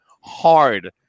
hard